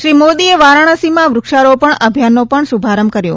શ્રી મોદીએ વારાણસીમાં વ્રક્ષારોપણ અભિયાનનો પણ શ્રભારંભ કર્યો